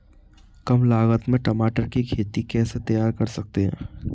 कम लागत में टमाटर की खेती कैसे तैयार कर सकते हैं?